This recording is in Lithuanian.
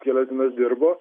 kelias dienas dirbo